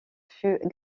fut